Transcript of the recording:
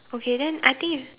okay then I think